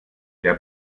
der